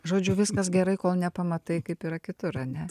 žodžiu viskas gerai kol nepamatai kaip yra kitur ane